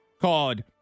called